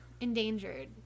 endangered